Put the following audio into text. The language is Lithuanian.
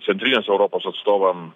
centrinės europos atstovam